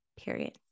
Period